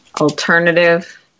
alternative